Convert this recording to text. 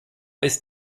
ist